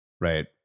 Right